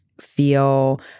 feel